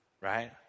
right